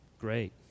Great